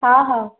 हा हा